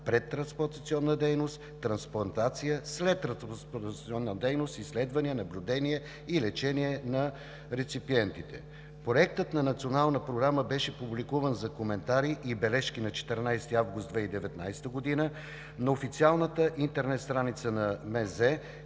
предтрансплантационна дейност, трансплантация, следтрансплантационна дейност с изследвания, наблюдения и лечение на реципиентите. Проектът на Националната програма беше публикуван за коментари и бележки на 14 август 2019 г. на официалната интернет страница на